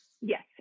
Yes